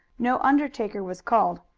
no undertaker was called,